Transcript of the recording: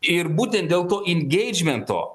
ir būtent dėl to ingeidžmento